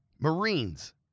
Marines